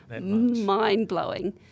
Mind-blowing